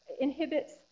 inhibits